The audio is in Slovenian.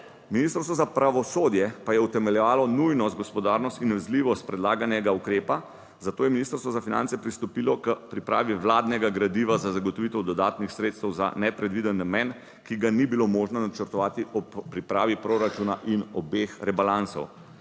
Ministrstvo za pravosodje pa je utemeljevalo nujnost, gospodarnost in vidljivost predlaganega ukrepa, zato je Ministrstvo za finance pristopilo k pripravi vladnega gradiva za zagotovitev dodatnih sredstev za nepredviden namen, ki ga ni bilo možno načrtovati ob pripravi proračuna in obeh rebalansov